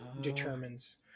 determines